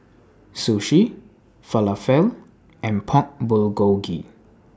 Sushi Falafel and Pork Bulgogi